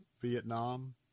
Vietnam